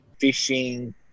fishing